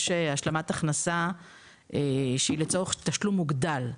יש השלמת הכנסה שהיא לצורך תשלום מוגדל: